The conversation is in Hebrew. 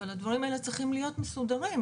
אבל הדברים האלה צריכים להיות מסודרים,